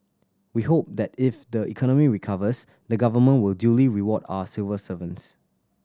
we hope that if the economy recovers the Government will duly reward our civil servants